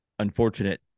unfortunate